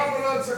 ולא יצא,